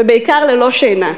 ובעיקר ללא שינה.